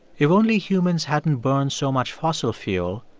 if only humans hadn't burned so much fossil fuel,